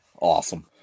Awesome